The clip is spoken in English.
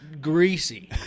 greasy